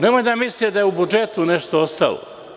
Nemojte da mislite da je u budžetu nešto ostalo.